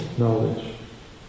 knowledge